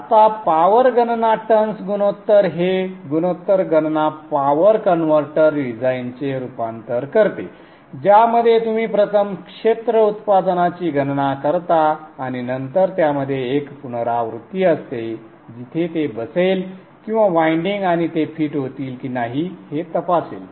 आता पॉवर गणना टर्न्स गुणोत्तर हे गुणोत्तर गणना पॉवर कन्व्हर्टर डिझाईनचे रूपांतर करते ज्यामध्ये तुम्ही प्रथम क्षेत्र उत्पादनाची गणना करता आणि नंतर त्यामध्ये एक पुनरावृत्ती असते जिथे ते बसेल किंवा वायंडिंग आणि ते फिट होतील की नाही हे तपासेल